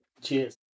Cheers